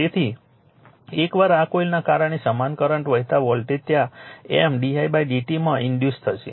તેથી એકવાર આ કોઇલના કારણે સમાન કરંટ વહેતા વોલ્ટેજ ત્યાં M didt માં ઇન્ડ્યુસ થશે